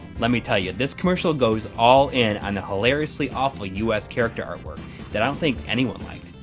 let me tell you, this commercial goes all in on the hilariously awful us character artwork that i don't think anyone liked.